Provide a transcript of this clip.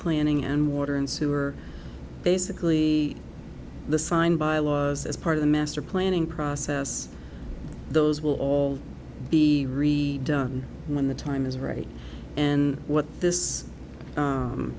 planning and water and sewer basically the signed by laws as part of the master planning process those will all be redone when the time is right and what this